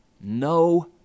no